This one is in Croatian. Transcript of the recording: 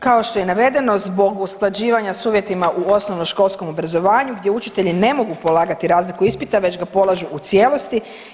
Kao što je i navedeno zbog usklađivanjima sa uvjetima u osnovnoškolskom obrazovanju gdje učitelji ne mogu polagati razliku ispita već ga polažu u cijelosti.